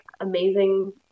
amazing